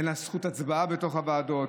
אין לה זכות הצבעה בתוך הוועדות,